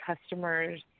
customers